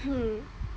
mm